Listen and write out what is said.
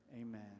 Amen